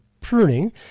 pruning